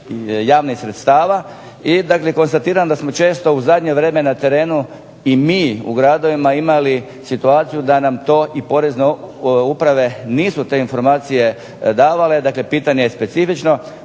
javnih sredstava. I dakle konstatiram da smo često u zadnje vrijeme na terenu i mi u gradovima imali situaciju da nam to i porezne uprave nisu te informacije davale, dakle pitanje je specifično